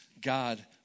God